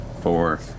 four